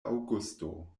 aŭgusto